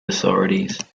authorities